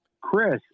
Chris